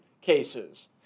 cases